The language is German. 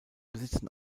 besitzen